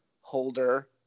holder